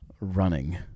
running